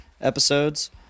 episodes